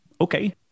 Okay